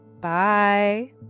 Bye